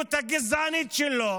המדיניות הגזענית שלו.